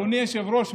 אדוני היושב-ראש,